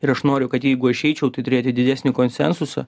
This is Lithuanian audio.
ir aš noriu kad jeigu aš eičiau tai turėti didesnį konsensusą